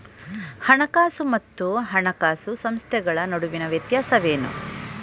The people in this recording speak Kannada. ಹಣಕಾಸು ಮತ್ತು ಹಣಕಾಸು ಸಂಸ್ಥೆಗಳ ನಡುವಿನ ವ್ಯತ್ಯಾಸವೇನು?